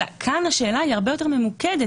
כאן השאלה היא הרבה יותר ממוקדת.